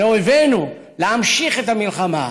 לאויבינו להמשיך את המלחמה,